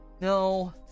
No